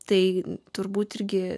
tai turbūt irgi